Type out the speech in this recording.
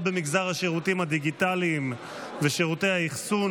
במגזר השירותים הדיגיטליים ושירותי האחסון